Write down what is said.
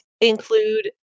include